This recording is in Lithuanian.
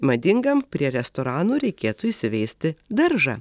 madingam prie restoranų reikėtų įsivesti daržą